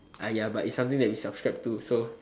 ah ya but it's something that you subscribed to so